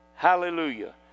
Hallelujah